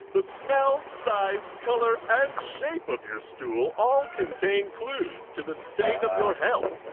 the smell, size, color and shape of your stool all contain clues to the state of your health.